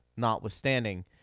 notwithstanding